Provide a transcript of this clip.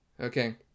Okay